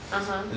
(uh huh)